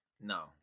No